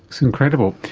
it's incredible.